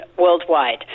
worldwide